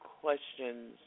questions